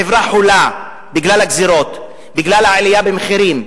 החברה חולה בגלל הגזירות, בגלל העלייה במחירים,